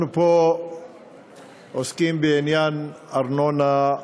אנחנו פה עוסקים בעניין ארנונה,